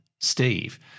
Steve